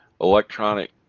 electronic